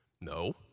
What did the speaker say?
No